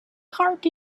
heart